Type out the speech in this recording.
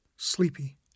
Sleepy